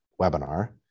webinar